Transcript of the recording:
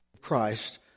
Christ